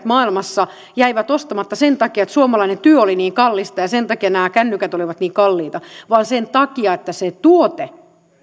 maailmassa jäivät ostamatta sen takia että suomalainen työ oli niin kallista ja sen takia nämä kännykät olivat niin kalliita vaan sen takia että se tuote